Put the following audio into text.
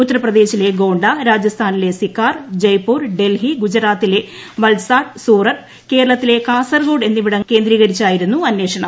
ഉത്തർപ്രദേശിലെ ഗോണ്ട രാജസ്ഥാനിലെ സികാർ ജയ്പൂർ ഡൽഹി ഗുജറാത്തിലെ വത്സാഡ് സൂററ്റ് കേരളത്തിലെ കാസർഗോഡ് എന്നിവിടങ്ങൾ കേന്ദ്രീകരിച്ചായിരുന്നു അന്വേഷണം